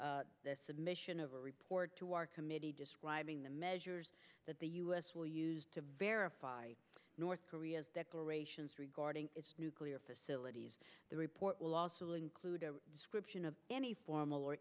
the submission of a report to our committee describing the measures that the u s will use to verify north korea's declarations regarding its nuclear facilities the report will also include a description of any formal or